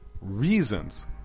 reasons